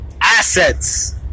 assets